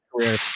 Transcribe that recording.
career